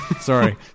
sorry